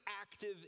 active